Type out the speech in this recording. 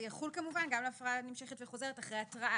זה יחול כמובן גם על הפרה נמשכת וחוזרת אחרי התראה.